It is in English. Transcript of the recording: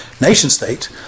nation-state